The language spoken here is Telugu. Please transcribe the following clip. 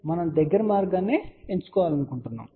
మనం దగ్గర మార్గాన్ని ఎంచుకోవాలనుకుంటున్నాము